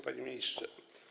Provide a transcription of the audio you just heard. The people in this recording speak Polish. Panie Ministrze!